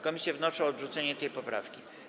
Komisje wnoszą o odrzucenie tej poprawki.